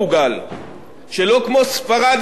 ושלא כמו ספרד, יוון ואיטליה,